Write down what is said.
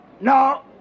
no